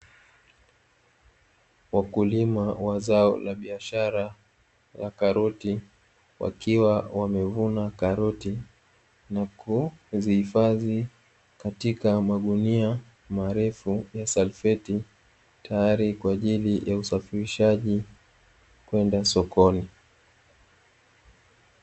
Wakulima wa zao la biashara la karoti, wakiwa wamevuna karoti na kuzihifadhi katika magunia marefu ya salfeti tayari kuzisafirisha kwenda sokoni.